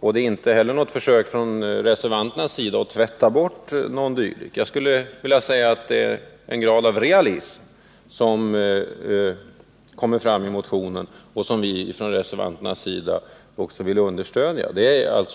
och inte heller försöker reservanterna tvätta bort någon dylik. Däremot skulle jag vilja påstå att i motionen framkommer en grad av realism, som också vi reservanter vill understödja.